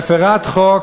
מפרת חוק,